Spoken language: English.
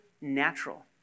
natural